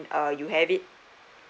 uh you have it